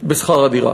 בשכר הדירה.